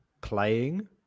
playing